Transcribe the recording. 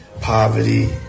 poverty